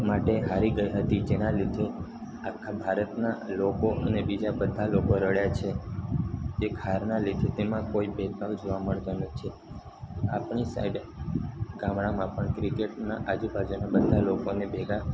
માટે હારી ગઈ હતી જેના લીધે આખા ભારતનાં લોકો અને બીજા બધા લોકો રડ્યા છે એક હારના લીધે તેમાં કોઈ ભેદભાવ જોવા મળતો નથી આપણી સાઈડ ગામડામાં પણ ક્રિકેટના આજુબાજુના બધા લોકોને ભેગા